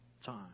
time